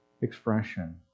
expression